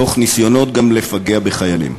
תוך ניסיונות גם לפגע בחיילים.